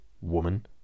woman